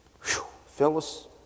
Phyllis